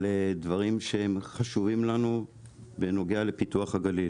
דברים שהם חשובים לנו בנוגע לפיתוח הגליל.